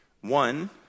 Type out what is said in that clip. One